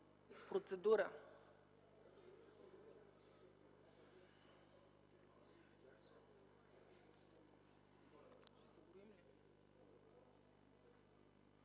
процедура